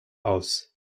aus